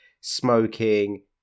smoking